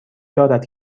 دارد